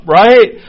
right